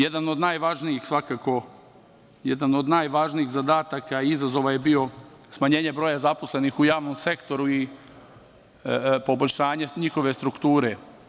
Jedan od najvažnijih zadataka i izazova je bio smanjenje broja zaposlenih u javnom sektoru i poboljšanje njihove strukture.